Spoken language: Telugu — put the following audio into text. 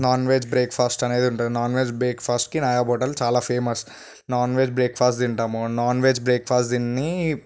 నాన్ వెజ్ బ్రేక్ఫాస్ట్ అనేది ఉంటుంది నాన్ వెజ్ బ్రేక్ ఫాస్ట్కి నయాబ్ హోటల్ చాలా ఫేమస్ నాన్ వెజ్ బ్రేక్ఫాస్ట్ తింటాము నాన్ వెజ్ బ్రేక్ఫాస్ట్ తిని